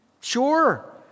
Sure